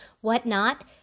whatnot